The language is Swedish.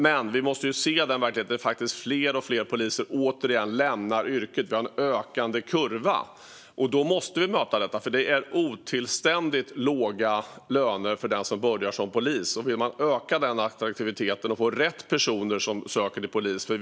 Men vi måste se den verklighet som återigen innebär att fler och fler poliser lämnar yrket. Vi har en ökande kurva. Då måste vi möta detta. Det är otillständigt låg lön för den som börjar som polis. Vi måste öka attraktiviteten och få rätt personer som söker sig till polisyrket.